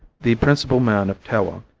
the principal man of tewa,